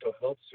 Health